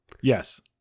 Yes